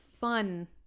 fun